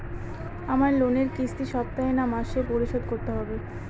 আমার লোনের কিস্তি সপ্তাহে না মাসে পরিশোধ করতে হবে?